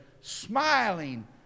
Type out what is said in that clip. smiling